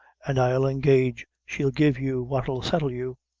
an' i'll engage she'll give you what'll settle you.